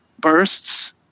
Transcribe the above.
bursts